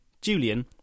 Julian